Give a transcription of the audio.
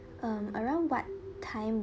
um around what time